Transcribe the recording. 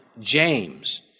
James